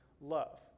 love